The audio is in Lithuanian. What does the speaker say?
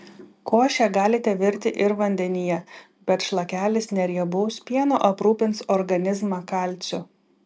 košę galite virti ir vandenyje bet šlakelis neriebaus pieno aprūpins organizmą kalciu